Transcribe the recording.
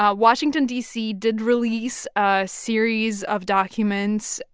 um washington, d c, did release a series of documents,